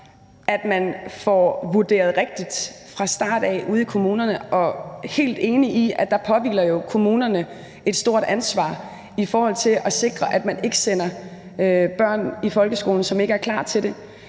at man får vurderet rigtigt fra starten af ude i kommunerne. Og jeg er helt enig i, at der jo påhviler kommunerne et stort ansvar i forhold til at sikre, at man ikke sender børn i folkeskolen, som ikke er klar til det.